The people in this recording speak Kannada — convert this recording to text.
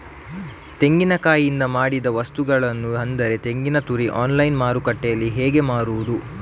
ತೆಂಗಿನಕಾಯಿಯಿಂದ ಮಾಡಿದ ವಸ್ತುಗಳು ಅಂದರೆ ತೆಂಗಿನತುರಿ ಆನ್ಲೈನ್ ಮಾರ್ಕೆಟ್ಟಿನಲ್ಲಿ ಹೇಗೆ ಮಾರುದು?